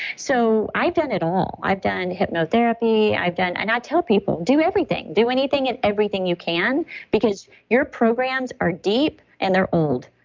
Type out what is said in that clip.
so, i've done it all. i've done hypnotherapy, i've done. and i tell people, do everything, do anything and everything you can because your programs are deep and they're old.